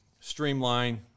streamline